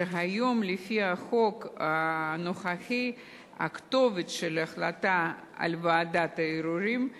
כשהיום לפי החוק הנוכחי הכתובת של החלטה על ועדת הערעורים היא